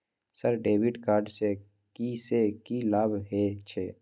Sir debit card से की से की लाभ हे छे?